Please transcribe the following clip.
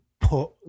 Put